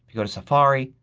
go to safari,